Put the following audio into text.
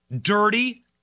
dirty